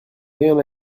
rien